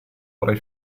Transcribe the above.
avrai